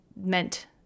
meant